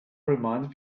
reminded